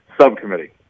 Subcommittee